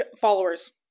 followers